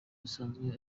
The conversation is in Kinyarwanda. asanzwe